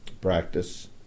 practice